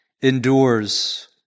endures